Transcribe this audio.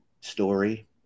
story